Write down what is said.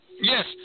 Yes